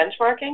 benchmarking